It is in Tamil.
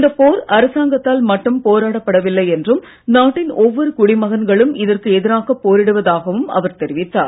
இந்த போர் அரசாங்கத்தால் மட்டும் போராடப்படவில்லை என்றும் நாட்டின் ஒவ்வொரு குடிமகன்களும் இதற்கு எதிராக போரிடுவதாகவும் அவர் தெரிவித்தார்